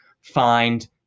find